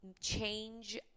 change